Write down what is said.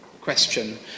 question